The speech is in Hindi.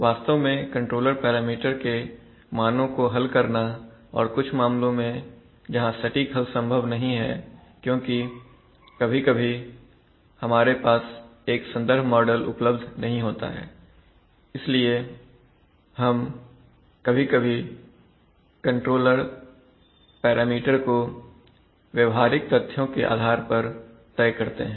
वास्तव में कंट्रोलर पैरामीटर के मानों को हल करना और कुछ मामलों में जहां सटीक हल संभव नहीं है क्योंकि कभी कभी हमारे पास एक संदर्भ मॉडल उपलब्ध नहीं होता है इसलिए हम कभी कभी कंट्रोलर पैरामीटर को व्यवहारिक तथ्यों के आधार पर तय करते हैं